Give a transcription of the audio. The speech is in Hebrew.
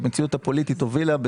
שהמציאות הפוליטית הובילה,